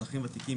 אזרחים ותיקים,